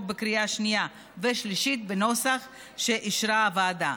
בקריאה שנייה ושלישית בנוסח שאישרה הוועדה.